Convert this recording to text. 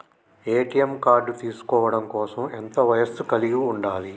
ATM card తీసుకోవడం కోసం ఎంత వయస్సు కలిగి ఉండాలి?